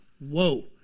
whoa